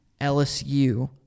LSU